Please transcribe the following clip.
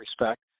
respect